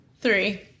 three